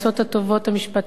ברשותך וברשות חברי הכנסת,